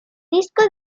disco